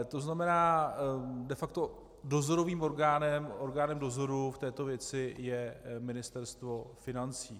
To znamená de facto, dozorovým orgánem, orgánem dozoru v této věci je Ministerstvo financí.